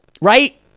Right